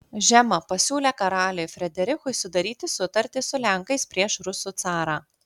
žema pasiūlė karaliui frederikui sudaryti sutartį su lenkais prieš rusų carą